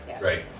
right